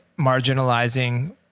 marginalizing